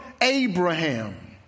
Abraham